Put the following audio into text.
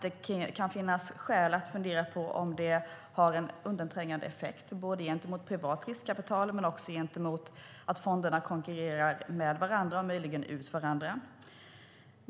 Det kan finnas skäl att fundera på om det har en undanträngande effekt gentemot privat riskkapital men också genom att fonderna konkurrerar mot och möjligen ut varandra.